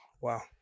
Wow